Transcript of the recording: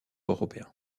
européen